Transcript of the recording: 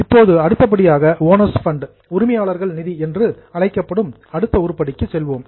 இப்போது அடுத்தபடியாக owners fund உரிமையாளர்கள் நிதி என்று அழைக்கப்படும் அடுத்த உருப்படிக்கு செல்வோம்